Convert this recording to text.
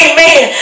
Amen